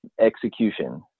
execution